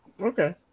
Okay